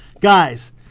guys